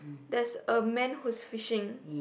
there's a man who's fishing